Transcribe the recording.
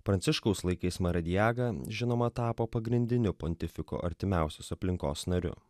pranciškaus laikais maradiaga žinoma tapo pagrindiniu pontifiko artimiausios aplinkos nariu